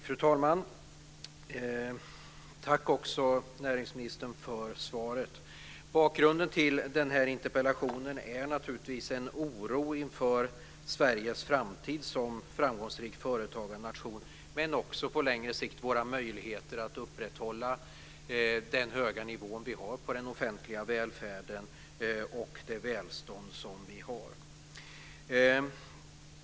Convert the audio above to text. Fru talman! Tack näringsministern för svaret. Bakgrunden till denna interpellation är naturligtvis en oro inför Sveriges framtid som framgångsrik företagarnation men också på längre sikt våra möjligheter att upprätthålla den höga nivå som vi har på den offentliga välfärden och det välstånd som vi har.